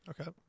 Okay